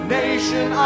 nation